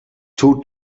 two